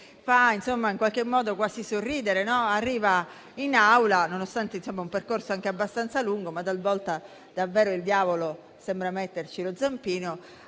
oggi fa quasi sorridere, arrivando in Aula - nonostante un percorso anche abbastanza lungo, ma talvolta davvero il diavolo sembra metterci lo zampino